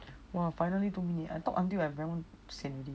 !wah! finally two minutes ah I talk until damn sian